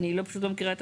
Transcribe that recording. אני פשוט לא מכירה.